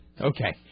Okay